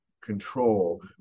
control